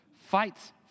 fights